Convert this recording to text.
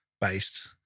based